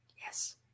yes